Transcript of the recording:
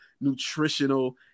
nutritional